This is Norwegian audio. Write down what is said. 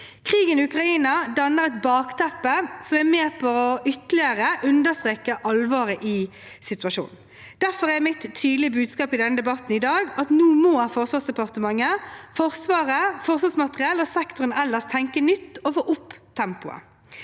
Krigen i Ukraina danner et bakteppe som er med på å understreke alvoret i situasjonen ytterligere. Derfor er mitt tydelige budskap i debatten i dag at nå må Forsvarsdepartementet, Forsvaret, Forsvarsmateriell og sektoren ellers tenke nytt og få opp tempoet.